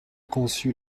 conçu